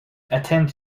attend